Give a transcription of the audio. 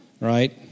right